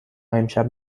امشب